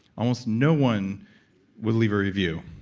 almost no one will leave a review,